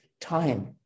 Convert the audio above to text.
time